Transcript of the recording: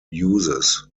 uses